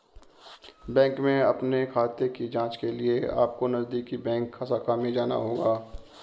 bank में अपने खाते की जांच के लिए अपको नजदीकी बैंक शाखा में जाना होगा